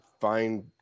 find